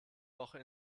woche